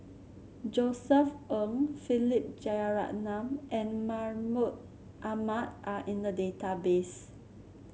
Josef Ng Philip Jeyaretnam and Mahmud Ahmad are in the database